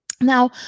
Now